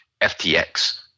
FTX